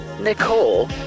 Nicole